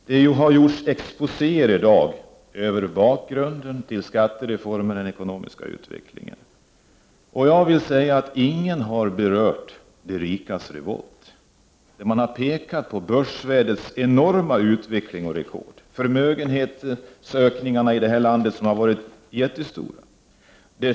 Det har gjorts exposéer i dag över bakgrunden till skattereformen och över den ekonomiska utvecklingen. Jag vill säga att ingen har berört de rikas revolt. Man har pekat på börsvärdets enorma utveckling och rekord. Förmögenhetsökningarna i det här landet har varit jättestora.